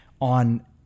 on